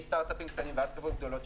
מסטארטאפים קטנים עד חברות גדולות,